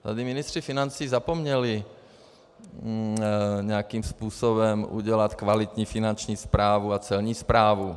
Tady ministři financí zapomněli nějakým způsobem udělat kvalitní finanční správu a celní správu.